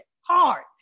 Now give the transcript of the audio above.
hard